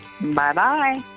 Bye-bye